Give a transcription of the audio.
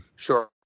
Sure